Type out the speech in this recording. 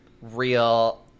real